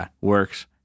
works